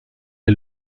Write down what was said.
est